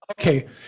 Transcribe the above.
okay